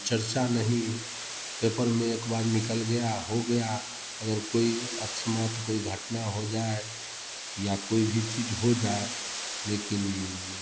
चर्चा नहीं पेपर में एक बार निकल गया हो गया अगर कोई अकस्मात कोई घटना हो जाए या कोई भी चीज हो जाए लेकिन